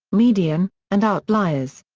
median, and outliers.